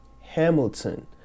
Hamilton